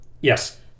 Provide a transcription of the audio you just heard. Yes